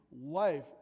life